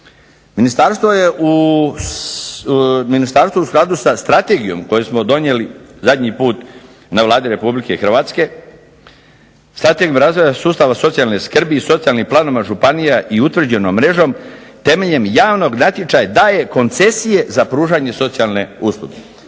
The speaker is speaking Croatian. Ministarstvo je u skladu sa strategijom, koju smo donijeli zadnji put na Vladi Republike Hrvatske, strategijom razvoja sustava socijalne skrbi i socijalnih planova županija i utvrđenom mrežom, temeljem javnog natječaja daje koncesije za pružanje socijalne usluge.